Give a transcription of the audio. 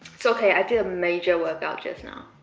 it's okay i did a major workout just now.